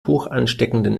hochansteckenden